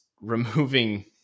removing